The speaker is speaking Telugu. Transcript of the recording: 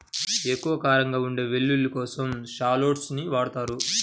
ఎక్కువ కారంగా ఉండే వెల్లుల్లి కోసం షాలోట్స్ ని వాడతారు